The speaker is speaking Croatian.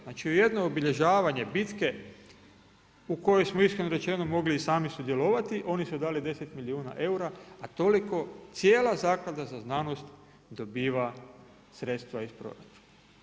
Znači jedno obilježavanje bitke u kojoj smo iskreno rečeno mogli i sami sudjelovati oni su dali 10 milijuna eura a toliko cijela Zaklada za znanost dobiva sredstva iz proračuna.